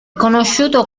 conosciuto